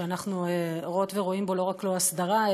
שאנחנו רואות ורואים בו לא רק לא הסדרה,